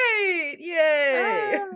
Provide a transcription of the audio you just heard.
yay